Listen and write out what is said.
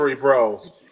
bros